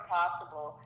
possible